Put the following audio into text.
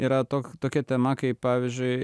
yra tok tokia tema kaip pavyzdžiui